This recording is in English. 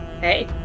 Hey